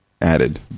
added